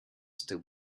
still